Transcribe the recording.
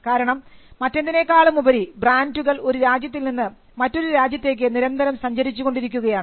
കാരണം മറ്റെന്തിനേക്കാളുമുപരി ബ്രാൻഡുകൾ ഒരു രാജ്യത്തിൽ നിന്ന് മറ്റൊരു രാജ്യത്തേക്ക് നിരന്തരം സഞ്ചരിച്ചു കൊണ്ടിരിക്കുകയാണ്